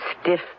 stiff